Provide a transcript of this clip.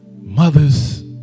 Mothers